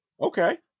Okay